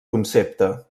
concepte